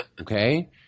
Okay